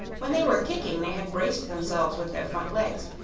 when they were kicking they had braced themselves with their front legs,